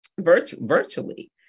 virtually